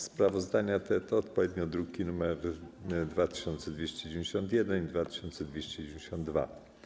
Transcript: Sprawozdania te to odpowiednio druki nr 2291 i 2292.